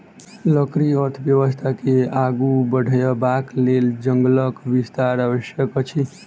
लकड़ी अर्थव्यवस्था के आगू बढ़यबाक लेल जंगलक विस्तार आवश्यक अछि